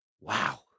wow